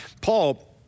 Paul